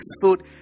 Food